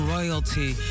Royalty